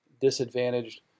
disadvantaged